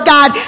God